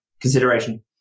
consideration